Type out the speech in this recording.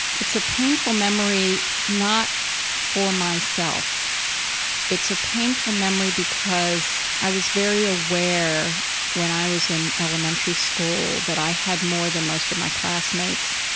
it's a painful memory, not for myself it's a painful memory because i was very aware when i was in elementary school that i had more than most of my classmates.